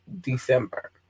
December